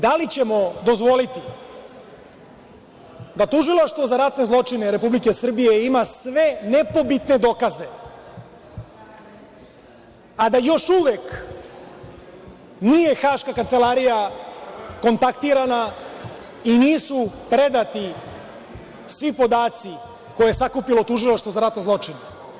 Da li ćemo dozvoliti da Tužilaštvo za ratne zločine Republike Srbije ima sve nepobitne dokaze, a da još uvek nije Haška kancelarija kontaktirana i nisu predati svi podaci koje je sakupilo Tužilaštvo za ratne zločine?